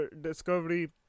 discovery